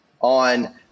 on